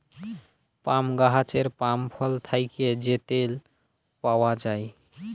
পাম গাহাচের পাম ফল থ্যাকে যে তেল পাউয়া যায়